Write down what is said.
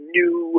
new